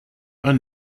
are